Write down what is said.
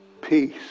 peace